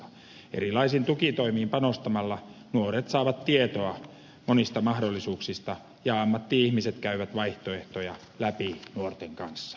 kun erilaisiin tukitoimiin panostetaan nuoret saavat tietoa monista mahdollisuuksista ja ammatti ihmiset käyvät vaihtoehtoja läpi nuorten kanssa